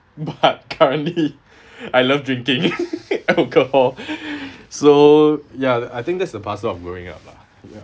but currently I love drinking alcohol so ya I think that's the parcel of growing up lah ya